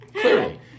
Clearly